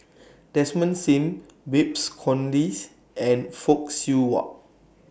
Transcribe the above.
Desmond SIM Babes Conde and Fock Siew Wah